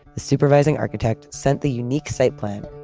the supervising architect, sent the unique site plan.